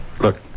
Look